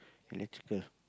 electrical